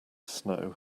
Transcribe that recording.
snow